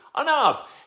enough